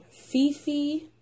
Fifi